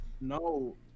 No